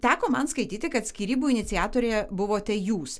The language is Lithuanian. teko man skaityti kad skyrybų iniciatorė buvote jūs